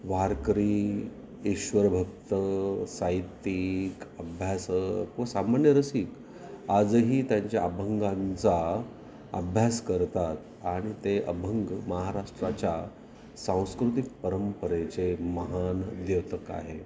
वारकरी ईश्वरभक्त साहित्यिक अभ्यासक व सामान्य रसिक आजही त्यांच्या अभंगांचा अभ्यास करतात आणि ते अभंग महाराष्ट्राच्या सांस्कृतिक परंपरेचे महान द्योतक आहे